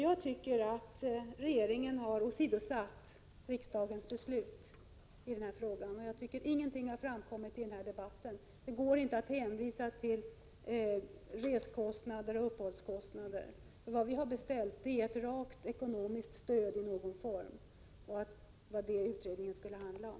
Jag tycker att regeringen har åsidosatt riksdagens beslut i den här frågan. Ingenting annat har framkommit i debatten i dag. Det går inte att hänvisa till resekostnader och uppehållskostnader. Vad vi beställde var ett rakt ekonomiskt stöd i någon form. Det var detta utredningen skulle handla om.